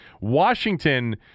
Washington